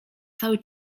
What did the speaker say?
cały